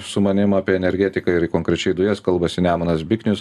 su manim apie energetiką ir konkrečiai dujas kalbasi nemunas biknius